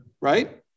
Right